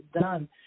done